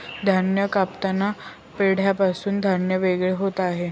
धान्य कापताना पेंढ्यापासून धान्य वेगळे होत नाही